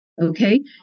Okay